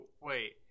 wait